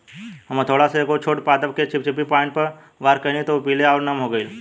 हम हथौड़ा से एगो छोट पादप के चिपचिपी पॉइंट पर वार कैनी त उ पीले आउर नम हो गईल